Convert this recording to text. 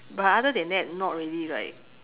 but other than that not really right